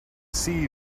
see